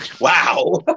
Wow